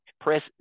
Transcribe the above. Press